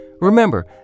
Remember